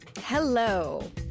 Hello